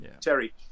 Terry